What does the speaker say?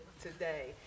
today